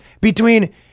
between-